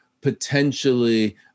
potentially